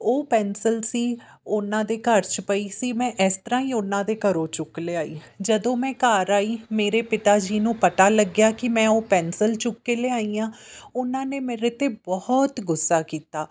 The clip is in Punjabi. ਉਹ ਪੈਨਸਲ ਸੀ ਉਹਨਾਂ ਦੇ ਘਰ 'ਚ ਪਈ ਸੀ ਮੈਂ ਇਸ ਤਰ੍ਹਾਂ ਹੀ ਉਹਨਾਂ ਦੇ ਘਰੋਂ ਚੁੱਕ ਲਿਆਈ ਜਦੋਂ ਮੈਂ ਘਰ ਆਈ ਮੇਰੇ ਪਿਤਾ ਜੀ ਨੂੰ ਪਤਾ ਲੱਗਿਆ ਕਿ ਮੈਂ ਉਹ ਪੈਂਸਲ ਚੁੱਕ ਕੇ ਲਿਆਈ ਹਾਂ ਉਹਨਾਂ ਨੇ ਮੇਰੇ 'ਤੇ ਬਹੁਤ ਗੁੱਸਾ ਕੀਤਾ